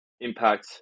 impact